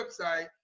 website